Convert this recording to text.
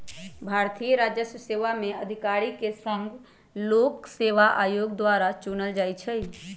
भारतीय राजस्व सेवा में अधिकारि के संघ लोक सेवा आयोग द्वारा चुनल जाइ छइ